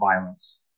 violence